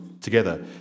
Together